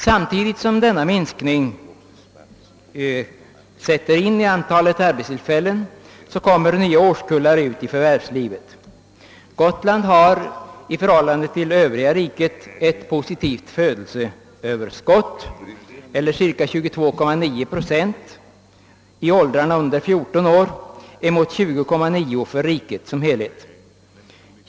Samtidigt som denna minskning sätter in beträffande antalet arbetstillfällen kommer nya årskullar ut i förvärvslivet. Gotland har i förhållande till riket i övrigt ett positivt födelseöverskott, eller cirka 22,9 procent i åldrarna under 14 år mot 20,9 procent för hela riket.